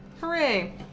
Hooray